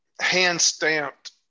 hand-stamped